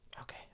Okay